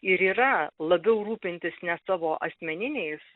ir yra labiau rūpintis ne savo asmeniniais